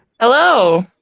Hello